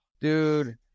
dude